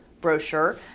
brochure